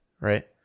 Right